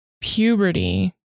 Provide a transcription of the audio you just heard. puberty